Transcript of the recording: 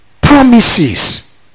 Promises